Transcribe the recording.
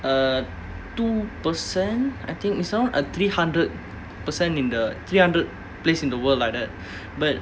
err two percent I think it's around uh three hundred percent in the three hundred place in the world like that but